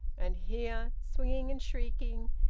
and here, swinging and shrieking,